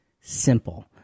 simple